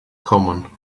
common